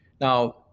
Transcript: now